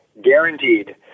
guaranteed